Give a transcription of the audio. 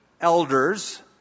elders